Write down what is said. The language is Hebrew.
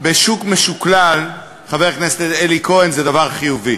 בשוק משוכלל, חבר הכנסת אלי כהן, זה דבר חיובי.